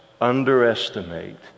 underestimate